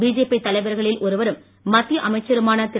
BJP தலைவர்களின் ஒருவரும் மத்திய அமைச்சருமான திரு